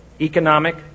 economic